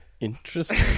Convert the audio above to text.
Interesting